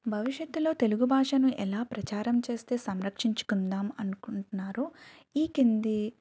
భవిష్యత్తులో తెలుగు భాషను ఎలా ప్రచారం చేస్తే సంరక్షించుకుందాం అనుకుంటున్నారు ఈ కింది